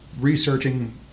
researching